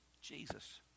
Jesus